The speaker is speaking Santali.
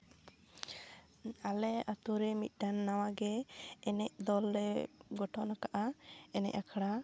ᱟᱞᱮ ᱟᱹᱛᱩ ᱨᱮ ᱢᱤᱫᱴᱟᱱ ᱱᱟᱣᱟᱜᱮ ᱮᱱᱮᱡ ᱫᱚᱞᱼᱞᱮ ᱜᱚᱴᱷᱚᱱ ᱟᱠᱟᱫᱟ ᱮᱱᱮᱡ ᱟᱠᱷᱲᱟ